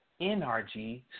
NRG